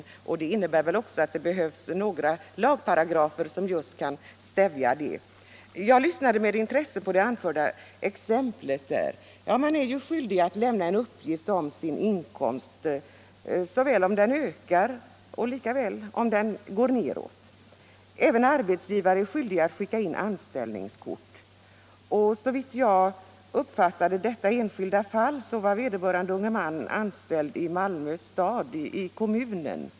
Det betyder väl att herr Sjöholm anser att det måste finnas lagparagrafer som kan stävja detta missbruk. Jag tog med intresse del av det anförda exemplet. Den försäkrade är skyldig att lämna uppgift om sin inkomst, både när den ökar och när den minskar. Arbetsgivaren är skyldig att skicka in anställningskort. Såvitt jag uppfattade det var den unge mannen anställd i Malmö kommuns tjänst.